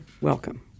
welcome